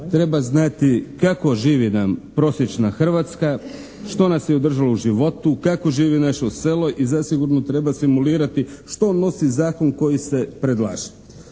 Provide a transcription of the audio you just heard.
treba znati kako živi nam prosječna Hrvatska, što nas je održalo u životu? Kako živi naše selo? I zasigurno treba … /Govornik se ne razumije./ … što nosi zakon koji se predlaže?